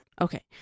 Okay